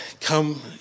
come